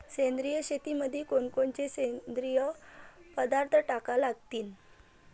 सेंद्रिय शेतीमंदी कोनकोनचे सेंद्रिय पदार्थ टाका लागतीन?